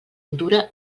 dura